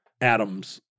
atoms